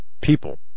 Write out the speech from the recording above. people